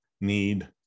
need